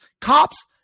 cops